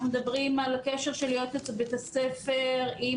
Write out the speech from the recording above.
אנחנו מדברים על קשר של יועצת בית הספר עם